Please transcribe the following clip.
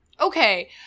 Okay